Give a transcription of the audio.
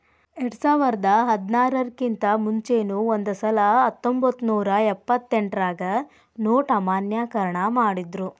ಎರ್ಡ್ಸಾವರ್ದಾ ಹದ್ನಾರರ್ ಕಿಂತಾ ಮುಂಚೆನೂ ಒಂದಸಲೆ ಹತ್ತೊಂಬತ್ನೂರಾ ಎಪ್ಪತ್ತೆಂಟ್ರಾಗ ನೊಟ್ ಅಮಾನ್ಯೇಕರಣ ಮಾಡಿದ್ರು